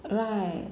right